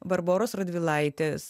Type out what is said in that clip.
barboros radvilaitės